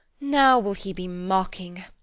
now will he be mocking.